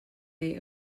they